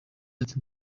ati